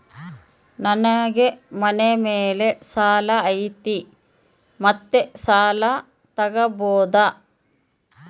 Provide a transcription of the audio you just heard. ನನಗೆ ಮನೆ ಮೇಲೆ ಸಾಲ ಐತಿ ಮತ್ತೆ ಸಾಲ ತಗಬೋದ?